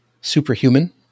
superhuman